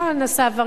נעשה עבריין,